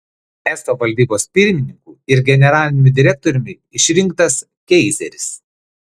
eso valdybos pirmininku ir generaliniu direktoriumi išrinktas keizeris